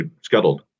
scuttled